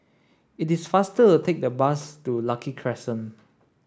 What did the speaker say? it is faster to take the bus to Lucky Crescent